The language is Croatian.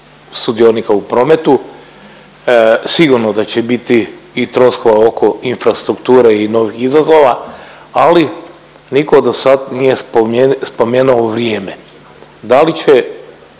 sudionika u prometu sigurno da će biti i troškova oko infrastrukture i novih izazova, ali niko dosad nije spomenuo vrijeme. Da li će